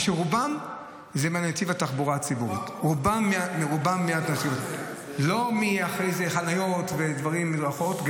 רובם מנתיב התחבורה הציבורית, לא מחניות ומדרכות.